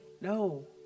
No